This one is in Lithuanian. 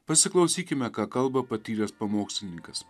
pasiklausykime ką kalba patyręs pamokslininkas